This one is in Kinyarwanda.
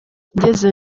ngeze